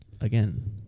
Again